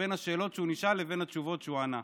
בין השאלות שהוא נשאל לבין התשובות שהוא ענה.